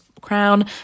Crown